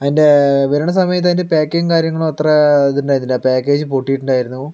അതിൻ്റെ വരണ സമയത്ത് അതിൻ്റെ പാക്കിങ്ങും കാര്യങ്ങളും അത്ര ഇതുണ്ടായിരുന്നില്ല പാക്കേജ് പൊട്ടിയിട്ടുണ്ടായിരുന്നു